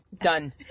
done